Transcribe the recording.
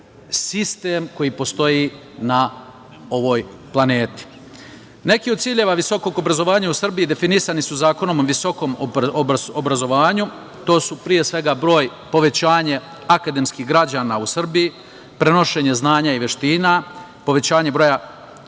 sistem koji postoji na ovoj planeti. Neki od ciljeva visokog obrazovanja u Srbiji definisani su Zakonom i visokom obrazovanju, a to su pre svega broj povećanja akademskih građana u Srbiji, prenošenje znanja i veština, povećanje broja,